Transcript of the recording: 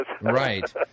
Right